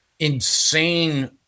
insane